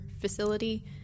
facility